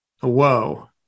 whoa